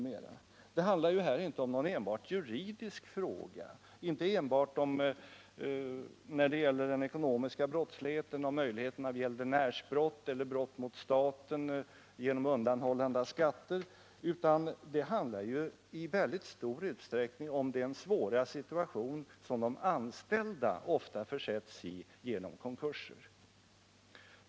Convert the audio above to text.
Det handlar här inte om någon enbart juridisk fråga — som beträffande den ekonomiska brottsligheten, möjligheterna vid gäldenärsbrott eller brott mot staten genom undanhållande av skatter — utan i väldigt stor utsträckning om den svåra situation som de anställda ofta försätts i vid konkurser.